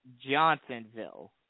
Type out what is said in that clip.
Johnsonville